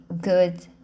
good